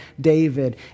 David